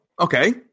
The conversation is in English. Okay